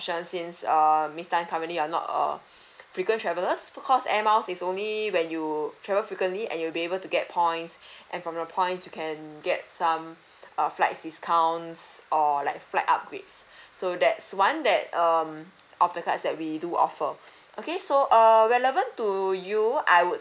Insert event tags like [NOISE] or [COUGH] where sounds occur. options since err miss tan currently you are not a [BREATH] frequent traveller because air miles is only when you travel frequently and you will be able to get points [BREATH] and from your points you can get some [BREATH] err flights discounts or like flight upgrades [BREATH] so that's one that um of the cards that we do offer [BREATH] okay so err relevant to you I would think